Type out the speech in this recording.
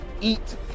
eat